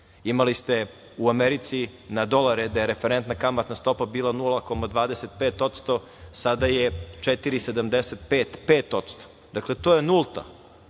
75%.Imali ste u Americi na dolare da je referentna kamatna stopa bila 0,25% sada je 4,75%-5%. Dakle, to je nulta.